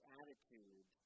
attitude